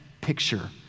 picture